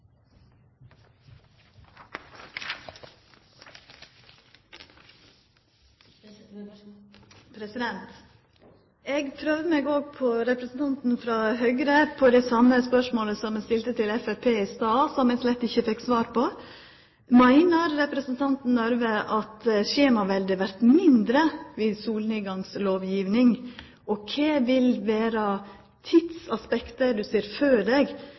i fremtiden. Eg prøver meg òg på representanten frå Høgre med det same spørsmålet som eg stilte til Framstegspartiet i stad, men som eg slett ikkje fekk svar på. Meiner representanten Røbekk Nørve at skjemaveldet vert mindre med solnedgangslovgjeving? Og kva vil vera